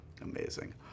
Amazing